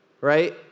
right